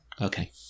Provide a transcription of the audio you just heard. Okay